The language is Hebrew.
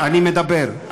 אני מדבר,